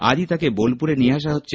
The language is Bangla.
আজই তাকে বোলপুরে নিয়ে আসা হচ্ছে